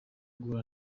guhura